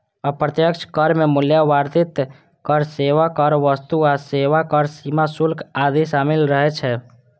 अप्रत्यक्ष कर मे मूल्य वर्धित कर, सेवा कर, वस्तु आ सेवा कर, सीमा शुल्क आदि शामिल रहै छै